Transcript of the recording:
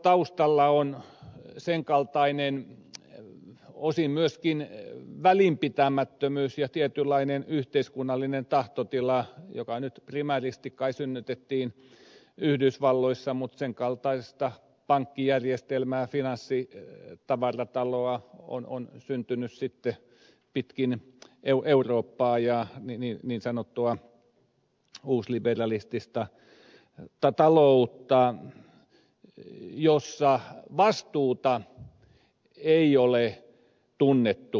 taustalla on osin myöskin välinpitämättömyys ja tietynlainen yhteiskunnallinen tahtotila joka nyt primääristi kai synnytettiin yhdysvalloissa mutta sen kaltaista pankkijärjestelmää finanssi ja tavarataloa on on syntynyt sitte pitkin eu finanssitavarataloa ja niin sanottua uusliberalistista taloutta jossa vastuuta ei ole tunnettu on syntynyt sitten pitkin eurooppaa